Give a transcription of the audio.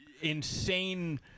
insane